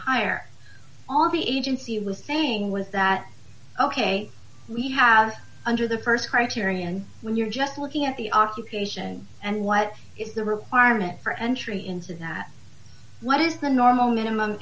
hire on the agency was saying was that ok we have under the st criterion when you're just looking at the occupation and what is the requirement for entry into that what is the normal minimum